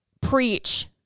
preach